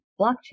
blockchain